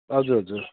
हजुर हजुर